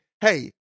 hey